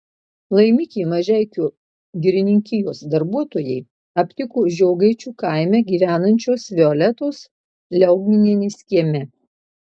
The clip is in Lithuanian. laimikį mažeikių girininkijos darbuotojai aptiko žiogaičių kaime gyvenančios violetos liaugminienės kieme